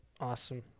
Awesome